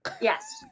yes